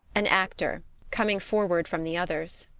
an actor coming forward from the others.